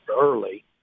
early